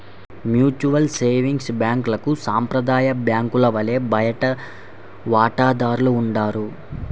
mutual savings బ్యాంక్లకు సాంప్రదాయ బ్యాంకుల వలె బయటి వాటాదారులు ఉండరు